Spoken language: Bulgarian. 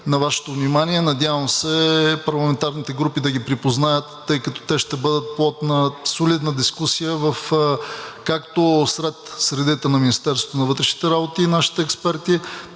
на Вашето внимание. Надявам се, парламентарните групи да ги припознаят, тъй като те ще бъдат плод на солидна дискусия както сред средите на Министерството на вътрешните работи и нашите експерти,